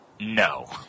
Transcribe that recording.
no